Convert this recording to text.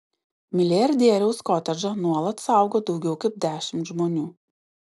milijardieriaus kotedžą nuolat saugo daugiau kaip dešimt žmonių